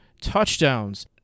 touchdowns